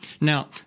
Now